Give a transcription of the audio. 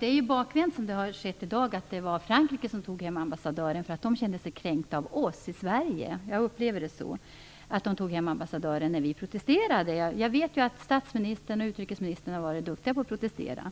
Herr talman! Att Frankrike tog hem ambassadören, och gjorde det därför att man kände sig kränkt av oss i Sverige när vi protesterade, upplever jag som bakvänt. Jag vet ju att statsministern och utrikesministern har varit duktiga på att protestera.